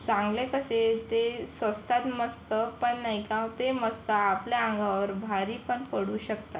चांगले कसे ते स्वस्तात मस्त पण नाही का ते मस्त आपल्या अंगावर भारी पण पडू शकतात